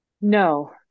No